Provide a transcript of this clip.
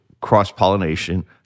cross-pollination